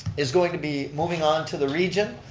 is going to be moving on to the region.